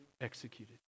executed